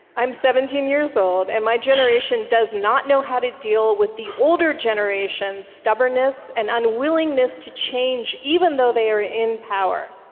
i'm seventeen years old, and my generation does not know how to deal with the older generation's stubbornness and unwillingness to change even though they are in power.